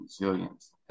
resilience